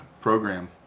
program